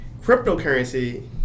Cryptocurrency